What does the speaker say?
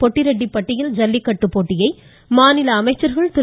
பொட்டிரெட்டி பட்டியில் ஜல்லிக்கட்டு போட்டியை மாநில அமைச்சர்கள் திரு